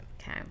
Okay